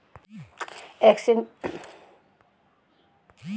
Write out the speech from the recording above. exchange rate के विनिमय दर कहल जाला एकर अर्थ कउनो मुद्रा क बदले में लगे वाला दर हउवे